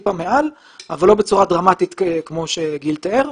טיפה מעל אבל לא בצורה דרמטית כמו שגיל תיאר.